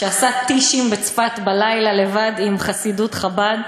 שעשה "טישים" בצפת בלילה לבד עם חסידות חב"ד,